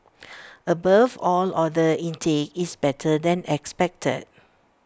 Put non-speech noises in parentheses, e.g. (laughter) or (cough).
(noise) above all order intake is better than expected